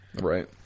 Right